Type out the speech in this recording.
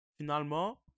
finalement